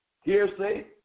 hearsay